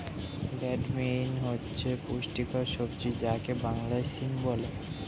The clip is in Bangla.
ব্রড বিন হচ্ছে পুষ্টিকর সবজি যাকে বাংলায় সিম বলে